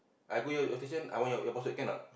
I go your your station I want your your password can not